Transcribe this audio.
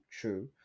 true